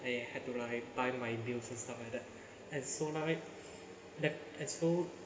I had to like buy my bills and stuff like that and so like that and so